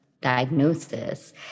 diagnosis